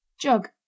Jug